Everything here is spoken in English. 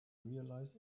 realize